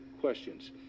questions